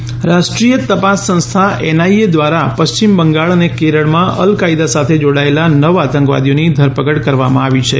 NIA રાષ્ટ્રીય તપાસ સંસ્થા એનઆઇએ ધ્વારા પશ્ચિમ બંગાળ અને કેરળમાં અલ કાયદા સાથે જોડાયેલા નવ આતંકવાદીઓની ધરપકડ કરવામાં આવી છે